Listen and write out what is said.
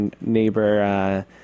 neighbor